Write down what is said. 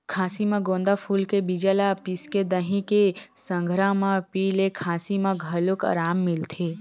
खाँसी म गोंदा फूल के बीजा ल पिसके दही के संघरा म पिए ले खाँसी म घलो अराम मिलथे